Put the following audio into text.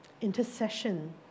intercession